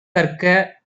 கற்க